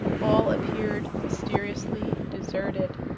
all appeared mysteriously deserted.